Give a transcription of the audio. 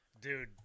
Dude